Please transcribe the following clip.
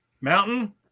Mountain